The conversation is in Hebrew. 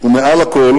ומעל לכול